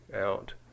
out